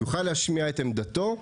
יוכל להשמיע את עמדתו,